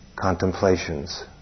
contemplations